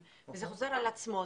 חוזר על עצמו,